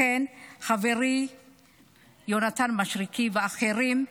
לכן, חברי יונתן מישרקי ואחרים,